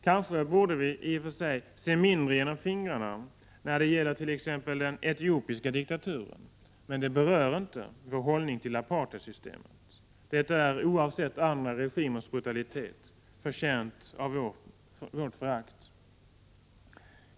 Kanske vi borde se mindre genom fingrarna när det gäller t.ex. den etiopiska diktaturen, men den berör inte vår hållning till apartheidsystemet. Systemet är — oavsett andra regimers brutalitet — förtjänt av vårt förakt.